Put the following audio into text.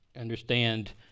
understand